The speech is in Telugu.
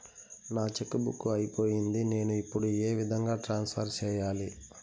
నా చెక్కు బుక్ అయిపోయింది నేను ఇప్పుడు ఏ విధంగా ట్రాన్స్ఫర్ సేయాలి?